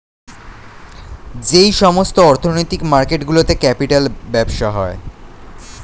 যেই সমস্ত অর্থনৈতিক মার্কেট গুলোতে ক্যাপিটাল ব্যবসা হয়